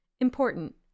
Important